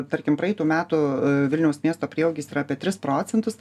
tarkim praeitų metų vilniaus miesto prieaugis yra apie tris procentus